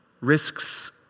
risks